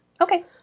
Okay